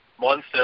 monster